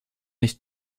nicht